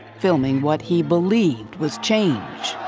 filming what he believed was change.